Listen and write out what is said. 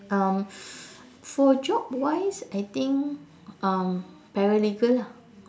um for job wise I think um paralegal lah